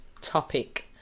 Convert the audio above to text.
topic